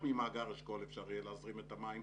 ממאגר אשכול אפשר יהיה להזרים את המים